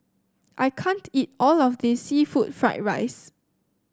I can't eat all of this seafood Fried Rice